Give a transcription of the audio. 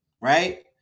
Right